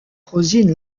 rosine